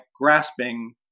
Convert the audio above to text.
grasping